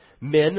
Men